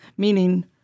meaning